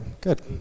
good